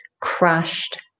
crushed